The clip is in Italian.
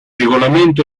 regolamento